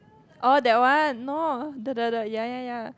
oh that one no the the the ya ya ya